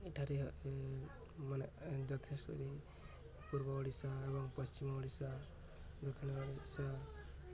ଏଠାରେ ମାନେ ପୂର୍ବ ଓଡ଼ିଶା ଏବଂ ପଶ୍ଚିମ ଓଡ଼ିଶା ଦକ୍ଷିଣ ଓଡ଼ିଶା